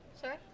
Sorry